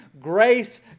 grace